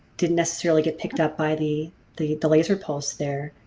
didn't necessarily get picked up by the the the laser pulse there.